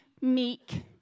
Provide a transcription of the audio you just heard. meek